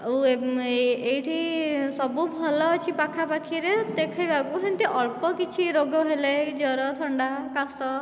ଆଉ ଏହିଠି ସବୁ ଭଲ ଅଛି ପାଖାପାଖି ରେ ଦେଖାଇବାକୁ ହେନ୍ତି ଅଳ୍ପ କିଛି ରୋଗ ହେଲେ ଜର ଥଣ୍ଡା କାଶ